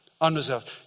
Unreserved